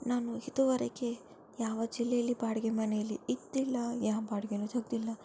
ನಾನು ಇದುವರೆಗೆ ಯಾವ ಜಿಲ್ಲೆಯಲ್ಲಿ ಬಾಡಿಗೆ ಮನೆಯಲ್ಲಿ ಇದ್ದಿಲ್ಲ ಯಾವ ಬಾಡಿಗೇನು ತೆಗೆದಿಲ್ಲ